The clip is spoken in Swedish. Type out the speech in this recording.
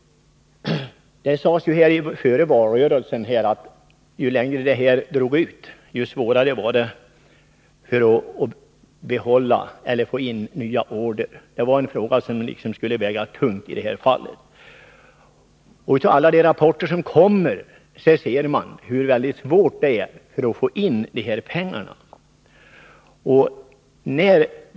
Det sades före valrörelsen att ju längre detta drog ut på tiden, desto svårare skulle det vara att få in nya order. Det var en fråga som skulle väga tungt i detta fall. I alla de rapporter som kommer ser man hur svårt det är att få in dessa pengar.